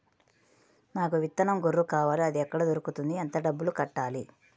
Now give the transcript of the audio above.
నాకు విత్తనం గొర్రు కావాలి? అది ఎక్కడ దొరుకుతుంది? ఎంత డబ్బులు కట్టాలి?